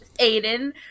Aiden